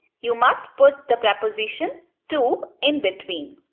you must put the preposition to in between.